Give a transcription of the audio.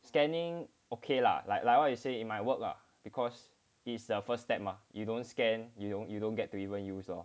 scanning okay lah like like what you say in my work lah because it's the first step mah you don't scan you don't you don't get to even use lor